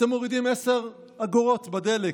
אתם מורידים עשר אגורות בדלק.